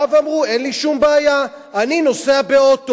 באו ואמרו, אין לי שום בעיה, אני נוסע באוטו.